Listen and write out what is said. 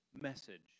message